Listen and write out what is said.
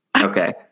Okay